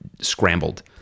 scrambled